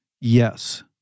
Yes